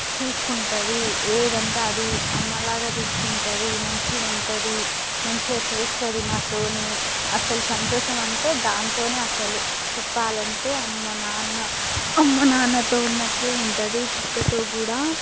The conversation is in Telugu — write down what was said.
చూసుకుంటుంది ఏంటంటే అది అమ్మలాగా చూసుకుంటుంది మంచిగా ఉంటుంది మంచిగా చేస్తుంది మాతోని అస్సలు సంతోషం అంటే దాంతోనే అస్సలు చెప్పాలి అంటే అమ్మ నాన్న అమ్మ నాన్నతో ఉన్నట్లే ఉంటుంది కుక్కతో కూడా